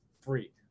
free